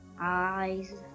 eyes